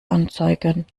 anzeigen